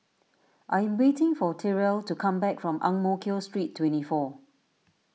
I am waiting for Tyrel to come back from Ang Mo Kio Street twenty four